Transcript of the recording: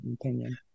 opinion